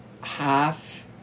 half